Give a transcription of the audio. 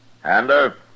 Hander